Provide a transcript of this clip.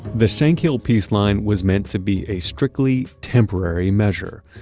the shankill peace line was meant to be a strictly temporary measure.